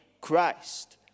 Christ